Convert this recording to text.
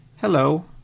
Hello